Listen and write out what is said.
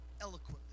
eloquently